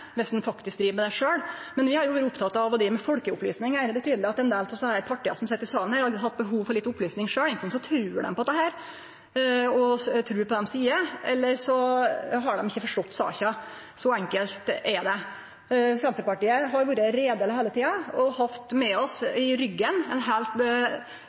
men vi har vore opptekne av å drive med folkeopplysning her. Det er tydeleg at ein del av dei partia som sit her i salen, har hatt behov for litt opplysning sjølve. Anten trur dei på dette, trur på det dei sjølve seier, eller så har dei ikkje forstått saka. Så enkelt er det. Senterpartiet har vore heiderlege heile tida og har hatt med oss i ryggen ein